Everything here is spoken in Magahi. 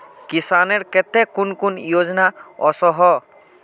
किसानेर केते कुन कुन योजना ओसोहो?